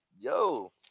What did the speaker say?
Yo